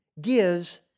gives